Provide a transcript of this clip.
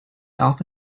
alpha